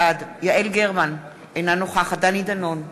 בעד יעל גרמן, אינה נוכחת דני דנון,